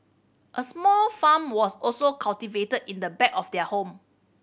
a small farm was also cultivated in the back of their home